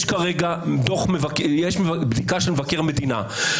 יש בדיקה של מבקר מדינה.